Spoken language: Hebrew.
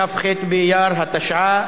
כ"ח באייר התשע"א,